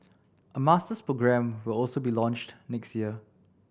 a masters programme will also be launched next year